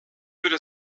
würde